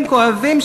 כואבים,